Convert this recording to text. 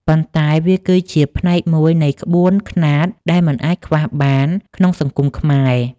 ប៉ុន្តែវាគឺជាផ្នែកមួយនៃក្បួនខ្នាតដែលមិនអាចខ្វះបានក្នុងសង្គមខ្មែរ។